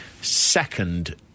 second